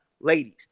ladies